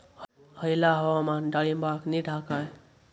हयला हवामान डाळींबाक नीट हा काय?